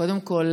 קודם כול,